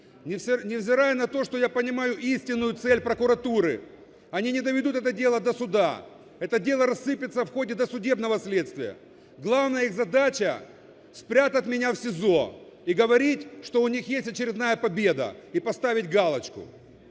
невзирая на то, что я понимаю истинную цель прокуратуры, они не доведут это дело до суда. Это дело рассыплется в ходе досудебного следствия. Главная их задача – спрятать меня в СИЗО и говорить, что у них есть очередная победа, и поставить галочку.